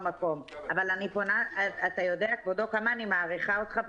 אבל חברות הביטוח עכשיו תנסה להיות בהסתכלות עסקית.